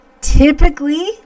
typically